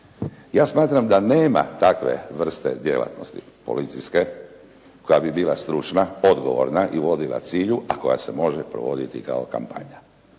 Ja smatram da nema takve vrste djelatnosti policijske koja bi bila stručna, odgovorna i vodila cilju, a koja se može provoditi kao kampanja,